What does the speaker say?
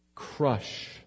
crush